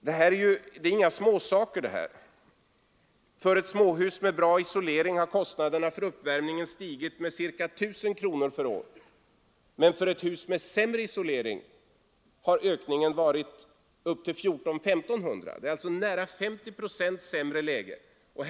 Det är inga småsaker det rör sig om. I ett småhus med bra isolering har kostnaderna för uppvärmning stigit med ca 1 000 kronor på ett år, och för ett hus med sämre isolering har ökningen varit 1 400—1 500 kronor.